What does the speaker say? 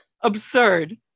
Absurd